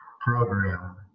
program